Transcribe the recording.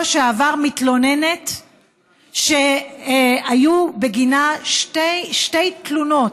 שעבר תלונת מתלוננת שהיו לה שתי תלונות,